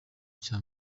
cya